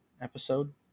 episode